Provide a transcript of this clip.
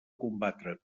combatre